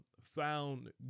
found